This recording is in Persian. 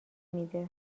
میده